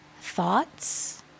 thoughts